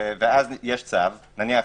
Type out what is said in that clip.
ואז יש צו נניח,